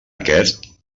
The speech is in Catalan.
aquest